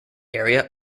area